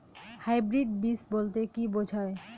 Hybrid বীজ বলতে কী বোঝায়?